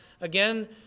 again